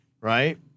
right